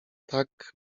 tak